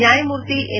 ನ್ಯಾಯಮೂರ್ತಿ ಎನ್